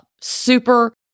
Super